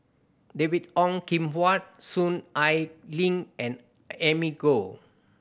David Ong Kim Huat Soon Ai Ling and Amy Khor